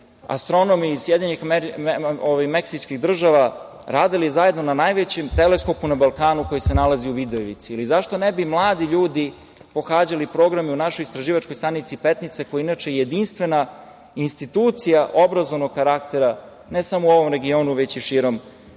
astronomi iz Sjedinjenih Meksičkih Država radili zajedno na najvećem teleskopu na Balkanu koji se nalazi u Vidojevici? Zašto ne bi mladi ljudi pohađali programe u našoj istraživačkoj stanici Petnica koja je inače jedinstvena institucija obrazovnog karaktera, ne samo u ovom regionu, već i širom sveta?